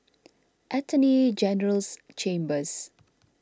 Attorney General's Chambers